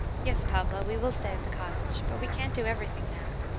yes, pablo, we will stay at the cottage, but we can't do every thing now.